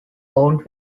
owned